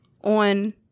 on